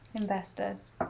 Investors